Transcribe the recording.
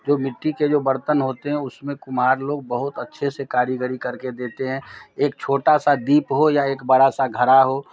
जो मिट्टी के जो बर्तन होते हैं उसमें कुम्हार लोग बहुत अच्छे से कारीगरी करके देते हैं एक छोटा सा दीप हो या एक बड़ा सा घड़ा हो